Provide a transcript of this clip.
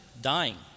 dying